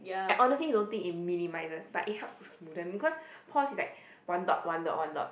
I honestly don't think it minimises but it helps to smoothen because pores is like one dot one dot one dot